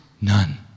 none